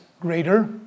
greater